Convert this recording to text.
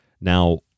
Now